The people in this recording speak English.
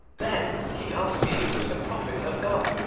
then he asked me who was the prophet of god,